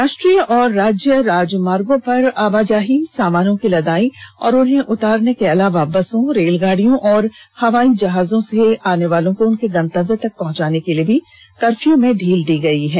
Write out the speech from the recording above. राष्ट्रीय और राज्य राजमार्गों पर आवाजाही सामानों की लदाई और उन्हें उतारने के अलावा बसों रेलगाड़ियों और हवाई जहाजों से आने वालों को उनके गंतव्य तक पहुंचाने के लिए भी कर्फ्यू में ढील दी गई है